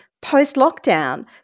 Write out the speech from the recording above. Post-lockdown